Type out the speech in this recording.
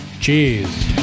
cheers